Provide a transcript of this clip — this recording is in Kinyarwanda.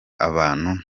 abantu